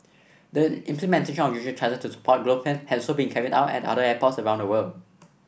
the implementation of user charge to support growth plans has also been carried out at other airports around the world